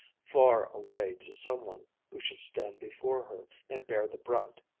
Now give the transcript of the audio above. far away to some one who should stand before her and bear the brunt.